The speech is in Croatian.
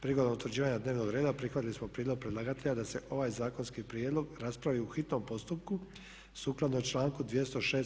Prigodom utvrđivanja dnevnog reda prihvatili smo prijedlog predlagatelja da se ovaj zakonski prijedlog raspravi u hitnom postupku sukladno članku 206.